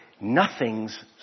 nothing's